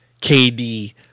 KD